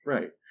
Right